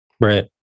Right